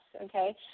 okay